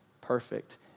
perfect